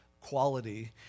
quality